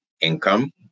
income